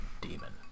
demon